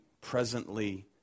presently